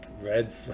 Red